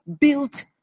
built